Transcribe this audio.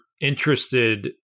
interested